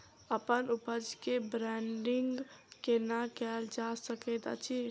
अप्पन उपज केँ ब्रांडिंग केना कैल जा सकैत अछि?